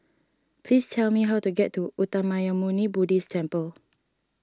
please tell me how to get to Uttamayanmuni Buddhist Temple